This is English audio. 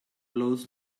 blows